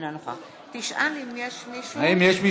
אינה נוכחת האם יש מישהו